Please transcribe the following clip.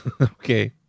Okay